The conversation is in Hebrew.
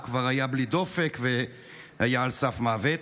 הוא כבר היה בלי דופק והיה על סף מוות.